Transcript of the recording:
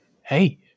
Hey